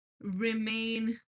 remain